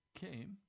came